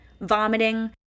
vomiting